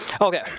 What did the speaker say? okay